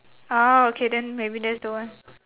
ah okay then maybe that's the one